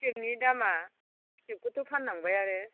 फिथोबनि दामआ फिथोबखौथ' फाननांबाय आरो